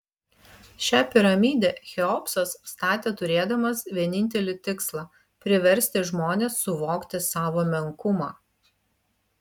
šią piramidę cheopsas statė turėdamas vienintelį tikslą priversti žmones suvokti savo menkumą